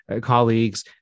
colleagues